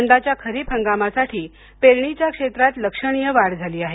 यंदाच्या खरीप हंगामासाठी पेरणीच्या क्षेत्रात लक्षणीय वाढ झाली आहे